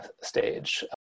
stage